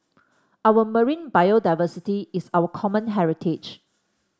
our marine biodiversity is our common heritage